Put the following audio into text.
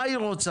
מה היא רוצה?